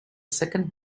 second